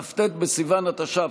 כ"ט בסיוון התש"ף,